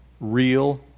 Real